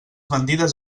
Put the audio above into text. mentides